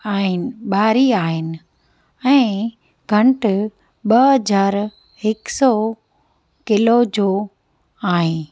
आहिनि ॿारी आहिनि ऐं घंट ॿ हज़ार हिक सौ किलो जो आहे